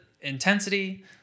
intensity